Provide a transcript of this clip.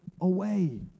away